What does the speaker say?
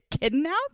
kidnapped